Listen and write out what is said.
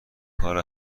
کار